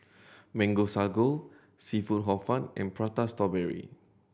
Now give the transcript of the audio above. Mango Sago seafood Hor Fun and Prata Strawberry